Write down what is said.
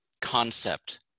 concept